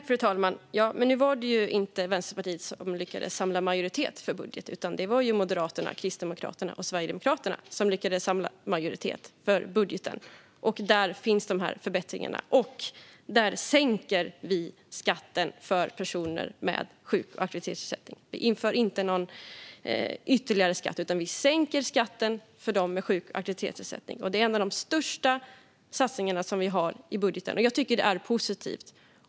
Fru talman! Nu var det ju inte Vänsterpartiet som lyckades samla majoritet för en budget, utan det var Moderaterna, Kristdemokraterna och Sverigedemokraterna som lyckades samla majoritet för sin budget. Där finns dessa förbättringar. Där sänker vi skatten för personer med sjuk och aktivitetsersättning. Vi inför inte någon ytterligare skatt, utan vi sänker skatten för dem som har sjuk och aktivitetsersättning. Detta är en av de största satsningar som vi har i budgeten, och jag tycker att det är positivt.